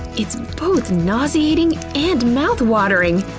it's both nauseating and mouth-watering!